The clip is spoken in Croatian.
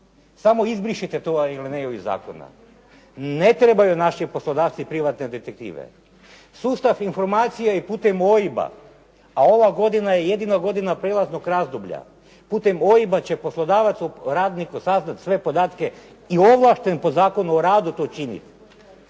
Samo izbrišite tu alineju iz zakona. Ne trebaju naši poslodavci privatne detektive. Sustav informacija i putem OIB-a, a ova godina je jedino godina prijelaznog razdoblja. Putem OIB-a će poslodavac o radniku saznati sve podatke i ovlašten po Zakonu o radu to činiti.